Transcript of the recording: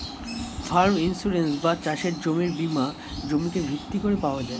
farm insurance বা চাষের জমির বীমা জমিকে ভিত্তি করে পাওয়া যায়